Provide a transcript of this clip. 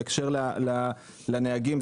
בהקשר לנהגים,